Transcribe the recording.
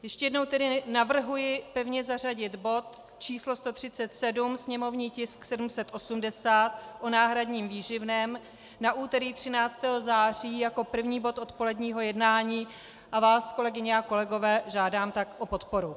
Ještě jednou tedy navrhuji pevně zařadit bod číslo 137, sněmovní tisk 780 o náhradním výživném, na úterý 13. září jako první bod odpoledního jednání a vás, kolegyně a kolegové, žádám tak o podporu.